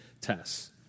tests